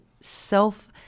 self